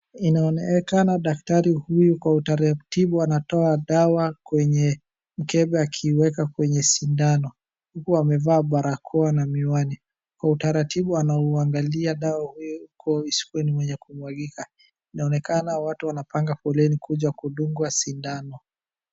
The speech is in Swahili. Inaonekana daktari huyu kwa utaratibu anatoa dawa kwenye mkebe akiiweka kwenye sindano uku amevaa barakoa na miwani. Kwa utaratibu anauangalia dawa huyu isikue ni mwenye kumwangika. Inaonekana watu wanapanga foleni kuja kudungwa sindano.